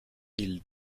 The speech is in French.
mille